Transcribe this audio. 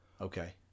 okay